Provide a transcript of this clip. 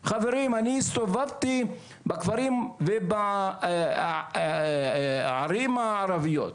חברים, אני הסתובבתי בכפרים ובערים הערביות,